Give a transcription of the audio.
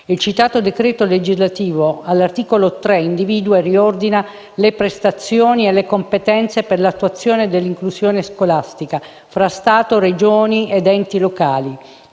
Il citato decreto legislativo, all'articolo 3, individua e riordina le prestazioni e le competenze per l'attuazione dell'inclusione scolastica fra Stato, Regioni ed enti locali.